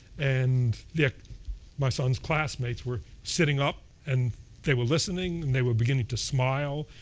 and yeah my sons' classmates were sitting up. and they were listening. and they were beginning to smile.